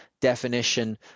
definition